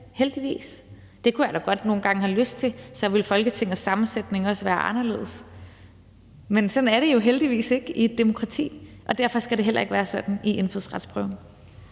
heldigvis. Det kunne jeg da godt nogle gange have lyst til. Så ville Folketingets sammensætning også være anderledes. Men sådan er det jo heldigvis ikke i et demokrati, og derfor skal det heller ikke være sådan i indfødsretsprøven.